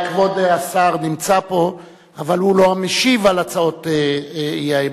כבוד השר נמצא פה אבל הוא לא המשיב על הצעות האי-אמון.